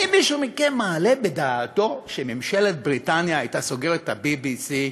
האם מישהו מכם מעלה בדעתו שממשלת בריטניה הייתה סוגרת את ה-BBC?